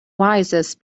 wisest